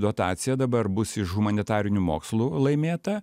dotacija dabar bus iš humanitarinių mokslų laimėta